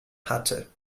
hatte